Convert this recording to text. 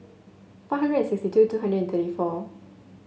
five hundred sixty two two hundred thirty four